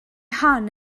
hon